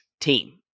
team